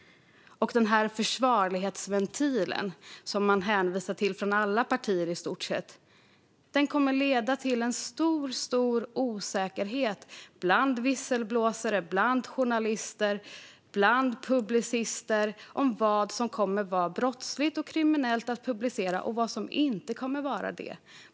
Den försvarlighetsventil som man hänvisar till från i stort sett alla partier kommer att leda till en stor osäkerhet bland visselblåsare, journalister och publicister om vad som kommer att vara brottsligt och kriminellt att publicera och vad som inte kommer att vara det.